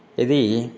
यदि